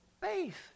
Faith